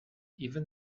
even